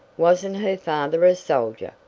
wasn't her father a soldier!